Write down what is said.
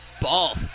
ball